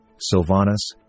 Silvanus